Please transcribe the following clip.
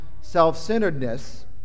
self-centeredness